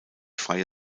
freie